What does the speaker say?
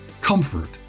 comfort